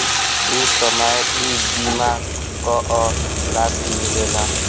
ऊ समय ई बीमा कअ लाभ मिलेला